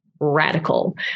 radical